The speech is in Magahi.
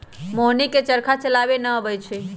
मोहिनी के चरखा चलावे न अबई छई